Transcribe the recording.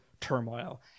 turmoil